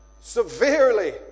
Severely